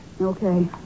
Okay